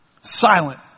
Silent